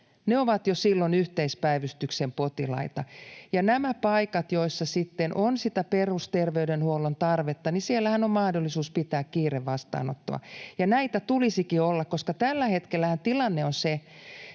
Ne ovat jo silloin yhteispäivystyksen potilaita. Näissä paikoissahan, joissa sitten on sitä perusterveydenhuollon tarvetta, on mahdollisuus pitää kiirevastaanottoa. Näitä tulisikin olla, koska tällä hetkellähän tilanne on se,